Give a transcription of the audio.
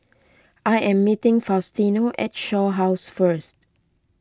I am meeting Faustino at Shaw House first